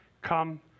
come